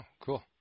Cool